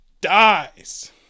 dies